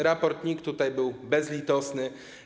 Raport NIK tutaj był bezlitosny.